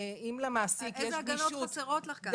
איזה הגנות חסרות לך?